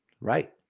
Right